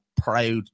proud